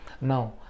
now